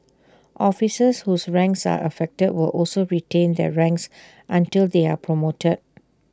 officers whose ranks are affected will also retain their ranks until they are promoted